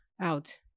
out